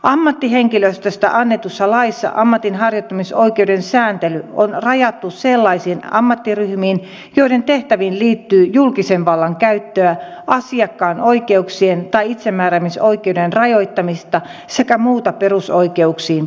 ammattihenkilöstöstä annetussa laissa ammatinharjoittamisoikeuden sääntely on rajattu sellaisiin ammattiryhmiin joiden tehtäviin liittyy julkisen vallan käyttöä asiakkaan oikeuksien tai itsemääräämisoikeuden rajoittamista sekä muuta perusoikeuksiin puuttumista